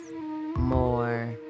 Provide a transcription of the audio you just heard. more